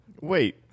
Wait